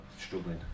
struggling